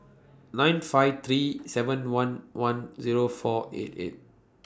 nine five three seven one one Zero four eight eight